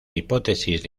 hipótesis